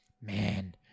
man